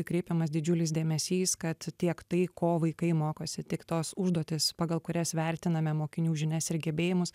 kreipiamas didžiulis dėmesys kad tiek tai ko vaikai mokosi tiek tos užduotys pagal kurias vertiname mokinių žinias ir gebėjimus